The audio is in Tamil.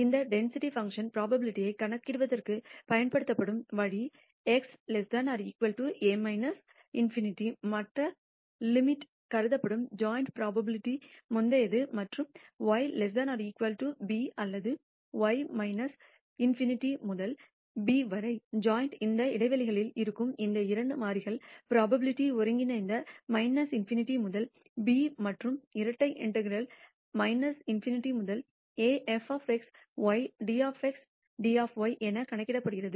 இந்த டென்சிட்டி பங்க்ஷன் புரோபாபிலிடிஐ கணக்கிடுவதற்குப் பயன்படுத்தப்படும் வழி x a ∞ மற்ற லிமிட் கருதப்படும் ஜாயிண்ட் புரோபாபிலிடிக்கு முந்தையது மற்றும் y b அல்லது y ∞ முதல் b வரை ஜாயிண்ட் இந்த இடைவெளிகளில் இருக்கும் இந்த இரண்டு மாறிகளின் புரோபாபிலிடி ஒருங்கிணைந்த ∞ முதல் b மற்றும் இரட்டை இன்டெகரால் ∞ முதல் af y dx dy என கணக்கிடப்படுகிறது